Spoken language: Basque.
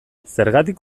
zergatik